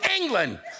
England